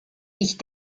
ich